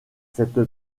cette